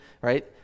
right